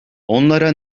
onlara